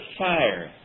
fire